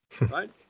Right